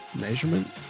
measurement